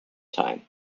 time